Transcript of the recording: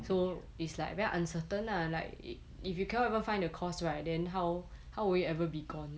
so it's like very uncertain lah like i~ if you can't even find a course right then how how would you ever be gone